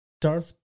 Darth